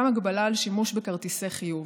גם הגבלה על שימוש בכרטיסי חיוב.